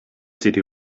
city